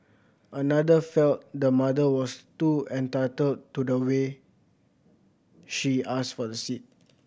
another felt the mother was too entitled to the way she asked for the seat